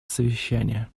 совещание